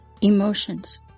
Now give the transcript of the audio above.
emotions